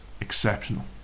exceptional